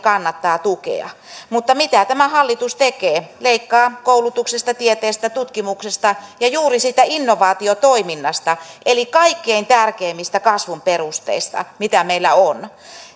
kannattaa tukea mutta mitä tämä hallitus tekee leikkaa koulutuksesta tieteestä tutkimuksesta ja juuri siitä innovaatiotoiminnasta eli kaikkein tärkeimmistä kasvun perusteista mitä meillä on